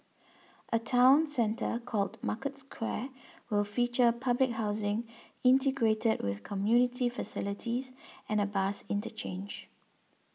a town centre called Market Square will feature public housing integrated with community facilities and a bus interchange